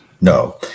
no